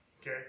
okay